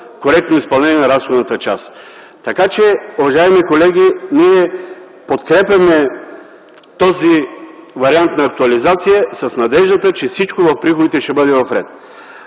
коректно изпълнение на разходната част. Така че, уважаеми колеги, ние подкрепяме този вариант на актуализация с надеждата, че всичко в приходите ще бъде в ред.